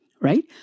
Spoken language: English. right